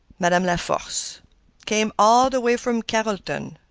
madame laforce came all the way from carrolton,